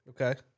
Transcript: Okay